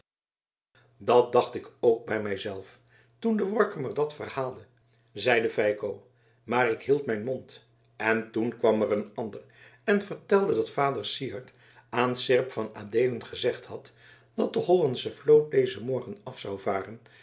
dat dacht ik ook zoo bij mij zelf toen de workummer dat verhaalde zeide feiko maar ik hield mijn mond en toen kwam er een ander en vertelde dat vader syard aan seerp van adeelen gezegd had dat de hollandsche vloot dezen morgen af zou varen en